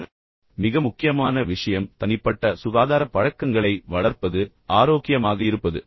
முதல் மற்றும் மிக முக்கியமான விஷயம் தனிப்பட்ட சுகாதார பழக்கங்களை வளர்ப்பது ஆரோக்கியமாக இருப்பது